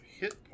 hit